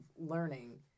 learning